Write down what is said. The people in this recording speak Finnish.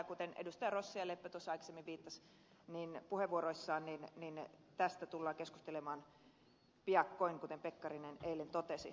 ja kuten edustajat rossi ja leppä tuossa aikaisemmin viittasivat puheenvuoroissaan niin tästä tullaan keskustelemaan piakkoin kuten ministeri pekkarinen eilen totesi